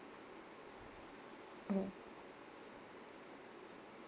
mmhmm